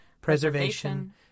preservation